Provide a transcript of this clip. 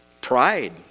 Pride